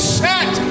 set